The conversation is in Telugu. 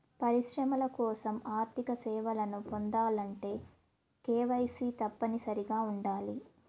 పరిశ్రమల కోసం ఆర్థిక సేవలను పొందాలంటే కేవైసీ తప్పనిసరిగా ఉండాలి